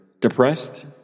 depressed